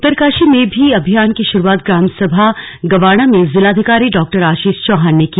उत्तरकाशी में अभियान की शुरुआत ग्राम सभा गवाणा में जिलाधिकारी डा आशीष चौहान ने की